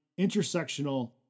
intersectional